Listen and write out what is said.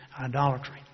idolatry